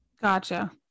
gotcha